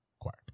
quiet